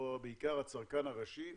או בעיקר הצרכן הראשי,